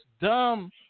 dumb